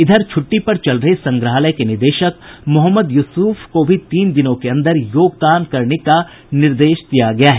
इधर छुट्टी पर चल रहे संग्रहालय के निदेशक मोहम्मद युसूफ को भी तीन दिनों के अंदर योगदान करने का निर्देश दिया गया है